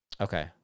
Okay